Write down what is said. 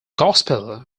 gospel